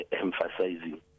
emphasizing